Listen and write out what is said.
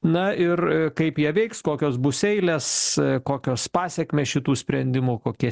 na ir kaip jie veiks kokios bus eilės kokios pasekmės šitų sprendimų kokie